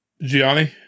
Gianni